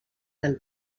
del